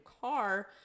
car